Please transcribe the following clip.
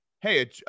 hey